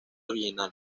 original